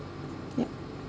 yup